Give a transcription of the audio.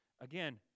Again